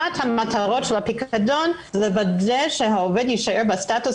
אחת המטרות של הפיקדון היא לוודא שהעובד יישאר בסטטוס